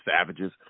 savages